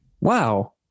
wow